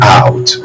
out